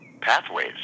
pathways